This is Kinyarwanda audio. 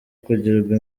kugirwa